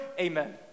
amen